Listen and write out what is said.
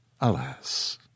Alas